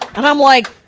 and i'm like,